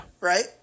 Right